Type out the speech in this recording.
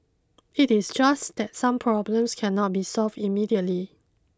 it is just that some problems cannot be solved immediately